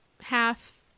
half